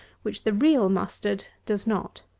which the real mustard does not.